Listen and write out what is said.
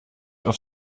auf